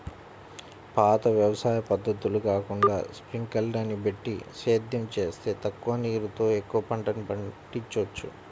పాత వ్యవసాయ పద్ధతులు కాకుండా స్పింకర్లని బెట్టి సేద్యం జేత్తే తక్కువ నీరుతో ఎక్కువ పంటని పండిచ్చొచ్చు